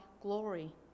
glory